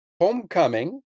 homecoming